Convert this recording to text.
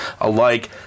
alike